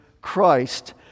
Christ